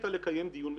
והחליטה לקיים דיון מחדש.